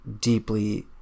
deeply